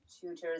tutors